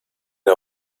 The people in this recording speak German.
der